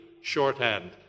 shorthand